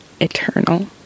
eternal